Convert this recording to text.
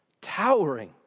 towering